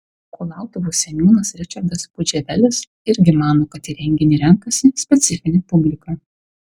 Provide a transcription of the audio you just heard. kulautuvos seniūnas ričardas pudževelis irgi mano kad į renginį renkasi specifinė publika